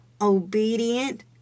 obedient